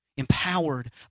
empowered